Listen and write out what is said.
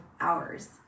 hours